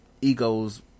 egos